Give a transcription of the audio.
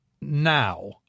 now